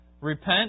Repent